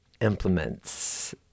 implements